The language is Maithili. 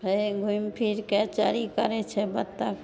फेर घूमि फिरके चरी करैत छै बतख